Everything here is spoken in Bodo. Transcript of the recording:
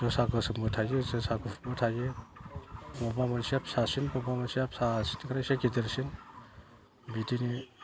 जोसा गोसोमबो थायो जोसा गुफुरबो थायो अबेबा मोनसेया फिसासिन अबेबा मोनसेया फिसानिफ्राय एसे गिदिरसिन बिदिनो